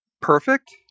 perfect